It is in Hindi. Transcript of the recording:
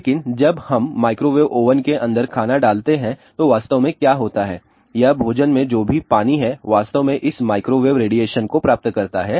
लेकिन जब हम माइक्रोवेव ओवन के अंदर खाना डालते हैं तो वास्तव में क्या होता है यह भोजन में जो पानी है वास्तव में इस माइक्रोवेव रेडिएशन को प्राप्त करता है